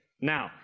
Now